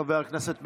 כנסת נכבדה,